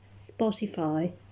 Spotify